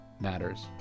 matters